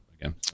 again